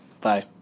Bye